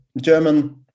German